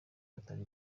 batari